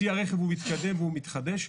צי הרכב הוא מתקדם והוא מתחדש,